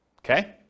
Okay